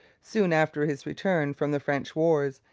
soon after his return from the french wars,